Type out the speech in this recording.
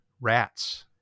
rats